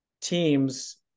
teams